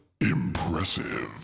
impressive